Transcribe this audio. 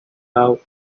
out